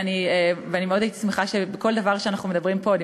ואני מאוד הייתי שמחה אם בכל דבר שאנחנו מדברים פה עליו,